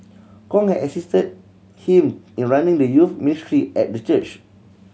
Kong had assisted him in running the youth ministry at the church